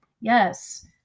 yes